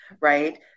Right